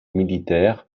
militaire